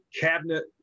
cabinet